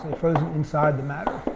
frozen inside the matter,